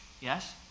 Yes